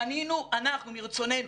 פנינו אנחנו מרצוננו